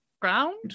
ground